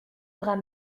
bras